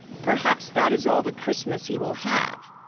perhaps that is all the christmas he will have.